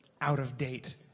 out-of-date